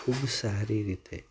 ખૂબ સારી રીતે